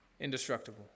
indestructible